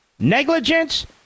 Negligence